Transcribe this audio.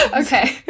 okay